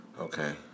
Okay